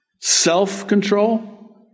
Self-control